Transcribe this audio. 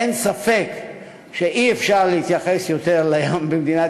אין ספק שאי-אפשר להתייחס יותר למדינת